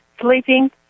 sleeping